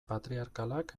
patriarkalak